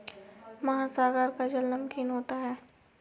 महासागर का जल नमकीन होता है